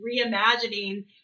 reimagining